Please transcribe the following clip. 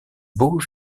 beaux